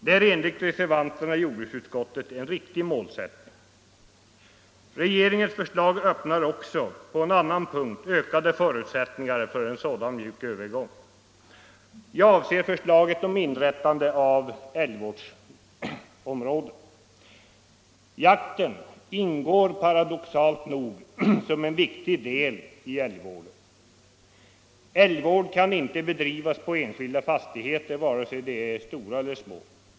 Det är enligt reservanterna i jordbruksutskottet en riktig målsättning. Regeringens förslag öppnar också på en annan punkt ökade förutsättningar för en sådan mjuk övergång. Jag avser förslaget om inrättande av älgvårdsområden. Jakten ingår paradoxalt nog som en viktig del i älgvården. Älgvård kan inte bedrivas på enskilda fastigheter vare sig de är stora eller små.